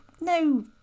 No